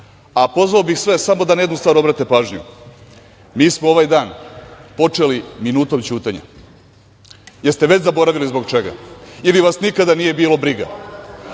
grupa. Pozvao bih sve da samo na jednu stvar obrate pažnju, mi smo ovaj dan počeli minutom ćutanja. Jeste li već zaboravili zbog čega? Ili vas nikada nije bilo briga?